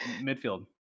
midfield